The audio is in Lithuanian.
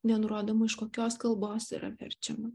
nenurodoma iš kokios kalbos yra verčiama